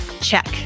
Check